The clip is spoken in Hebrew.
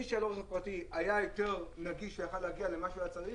מי שהיה לו רכב פרטי היה יותר נגיש ויכול היה להגיע למה שהוא היה צריך,